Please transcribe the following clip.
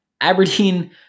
Aberdeen